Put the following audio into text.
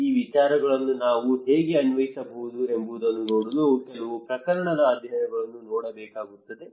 ಈ ವಿಚಾರಗಳನ್ನು ನಾವು ಹೇಗೆ ಅನ್ವಯಿಸಬಹುದು ಎಂಬುದನ್ನು ನೋಡಲು ಕೆಲವು ಪ್ರಕರಣದ ಅಧ್ಯಯನಗಳನ್ನು ನೋಡಬೇಕಾಗುತ್ತದೆ